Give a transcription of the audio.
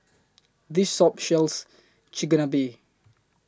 This soap Shells Chigenabe